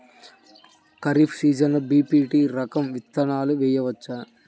ఖరీఫ్ సీజన్లో బి.పీ.టీ రకం విత్తనాలు వేయవచ్చా?